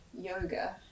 yoga